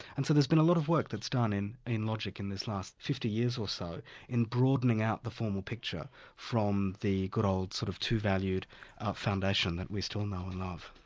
and so there's been a lot of work that's done in in logic in these last fifty years or so in broadening out the formal picture from the good old, sort of, two-valued foundation that we still know and love.